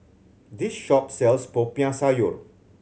this shop sells Popiah Sayur